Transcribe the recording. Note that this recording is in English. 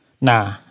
Nah